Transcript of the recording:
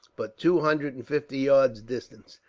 but two hundred and fifty yards distant.